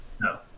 No